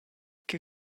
che